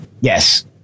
yes